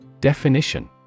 Definition